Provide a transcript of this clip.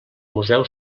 museu